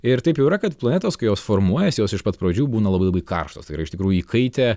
ir taip jau yra kad planetos kai jos formuojasi jos iš pat pradžių būna labai labai karštos tai yra iš tikrųjų įkaitę